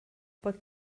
bod